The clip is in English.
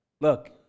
look